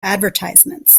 advertisements